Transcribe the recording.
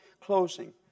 closing